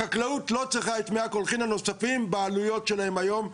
החקלאות לא צריכה את מי הקולחין הנוספים בעלויות שלהם היום.